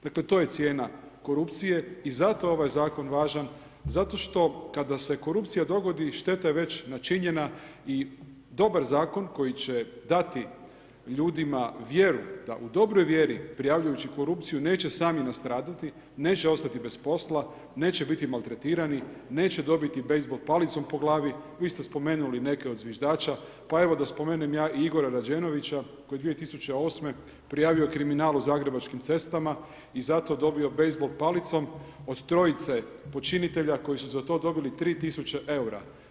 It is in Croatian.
Dakle, to je cijena korupcije i zato je ovaj zakon važan, zato što kada se korupcije dogodi i šteta je već načinjana i dobar zakon koji će dati ljudima vjeru, da u dobroj vjeri prijavljujući korupciju, neće sami nastradati, neće ostati bez posla, neće biti maltretirani, neće dobiti bejzbol palicom po glavi, vi ste spomenuli neke od zviždača, pa evo, da spomenem ja i Igora Rađenovića, koji je 2008. prijavio kriminal u zagrebačkim cestama i zato dobio bejzbol palicom, od 3 počinitelja koji su za to dobili 3000 eura.